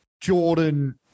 Jordan